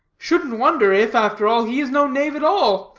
shouldn't wonder if, after all, he is no knave at all,